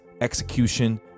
execution